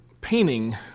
painting